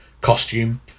costume